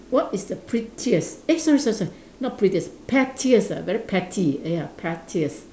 what is the prettiest eh sorry sorry sorry not prettiest pettiest ah very petty ah ya pettiest